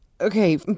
okay